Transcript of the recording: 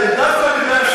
מה?